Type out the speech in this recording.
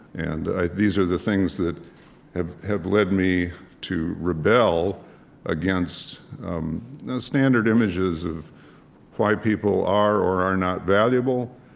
and ah these are the things that have have led me to rebel against the standard images of why people are or are not valuable,